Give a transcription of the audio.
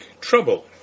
trouble